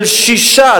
של שישה,